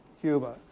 Cuba